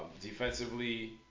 Defensively